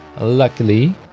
Luckily